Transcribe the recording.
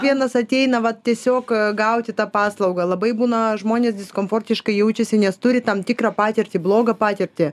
vienas ateina va tiesiog gauti tą paslaugą labai būna žmonės diskomfortiškai jaučiasi nes turi tam tikrą patirtį blogą patirtį